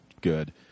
good